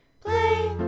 play